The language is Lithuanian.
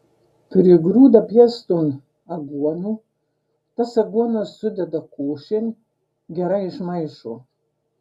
prigrūda pieston aguonų tas aguonas sudeda košėn gerai išmaišo